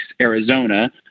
Arizona